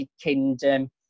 Kingdom